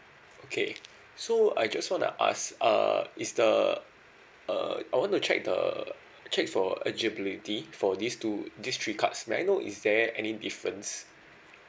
okay so I just want to ask uh is the uh I want to check the check for eligibility for these two these three cards may I know is there any difference